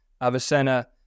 Avicenna